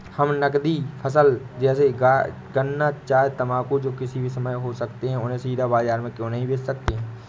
हम नगदी फसल जैसे गन्ना चाय तंबाकू जो किसी भी समय में हो सकते हैं उन्हें सीधा बाजार में क्यो नहीं बेच सकते हैं?